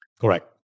Correct